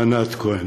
לענת כהן.